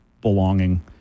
belonging